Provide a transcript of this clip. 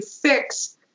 fix